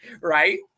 right